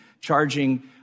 charging